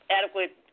adequate